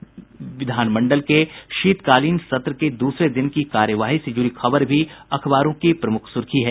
बिहार विधानमंडल के शीतकालीन सत्र के दूसरे दिन की कार्यवाही से जुड़ी खबर भी अखबारों की प्रमुख सुर्खी है